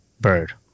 bird